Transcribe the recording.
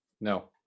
No